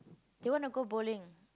they wanna go bowling